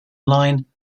line